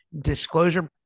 disclosure